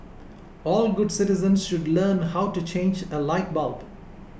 all good citizens should learn how to change a light bulb